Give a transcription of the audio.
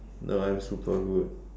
no I'm super good